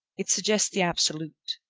it suggests the absolute.